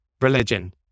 Religion